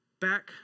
back